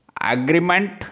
agreement